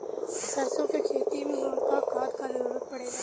सरसो के खेती में का खाद क जरूरत पड़ेला?